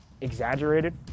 exaggerated